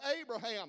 Abraham